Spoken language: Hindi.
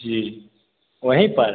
जी वहीं पर